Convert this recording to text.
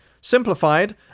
Simplified